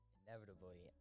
inevitably